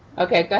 okay, go